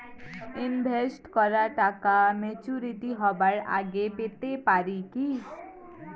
Invest করা টাকা maturity হবার আগেই পেতে পারি কি?